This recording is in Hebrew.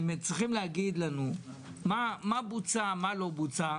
הם צריכים להגיד לנו מה בוצע ומה לא בוצע.